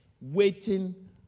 waiting